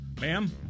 ma'am